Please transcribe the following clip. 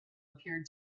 appeared